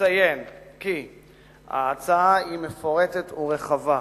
אציין כי ההצעה היא מפורטת ורחבה.